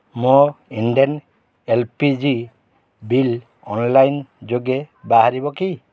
ମୋ Indane L P G bill online ଯୋଗେ ବାହାରିବ କି